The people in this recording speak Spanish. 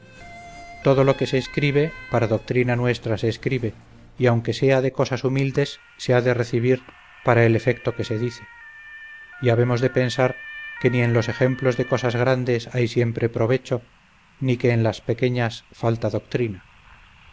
todo lo que se escribe para doctrina nuestra se escribe y aunque sea de cosas humildes se ha de recibir para el efecto que se dice y habemos de pensar que ni en los ejemplos de cosas grandes hay siempre provecho ni que en las pequeñas falta doctrina